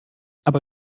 aber